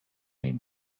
این